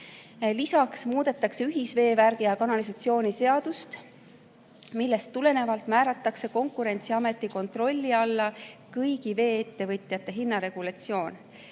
Lisaks muudetakse ühisveevärgi ja -kanalisatsiooni seadust, millest tulenevalt määratakse Konkurentsiameti kontrolli alla kõigi vee-ettevõtjate hinnaregulatsioon.